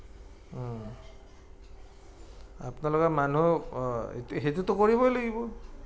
আপোনালোকে মানুহ সেইটোতো কৰিবই লাগিব